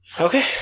Okay